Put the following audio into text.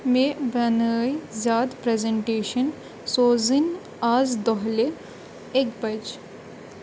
مےٚ بَنٲے زیادٕ پرٛٮ۪زٮ۪نٹیشَن سوزٕنۍ آز دۄہلہِ اَکہِ بَجہِ